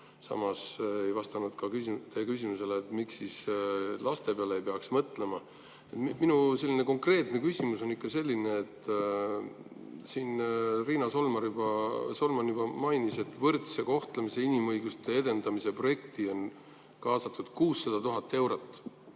samas ei vastanud küsimusele, miks siis laste peale ei peaks mõtlema. Minu konkreetne küsimus on selline. Riina Solman juba mainis, et võrdse kohtlemise ja inimõiguste edendamise projekti on kaasatud 600 000 eurot.